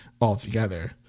altogether